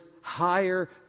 higher